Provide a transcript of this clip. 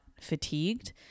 fatigued